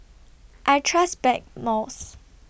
I Trust Blackmores